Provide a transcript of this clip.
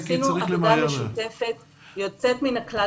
עשינו עבודה משותפת יוצאת מן הכלל,